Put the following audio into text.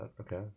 okay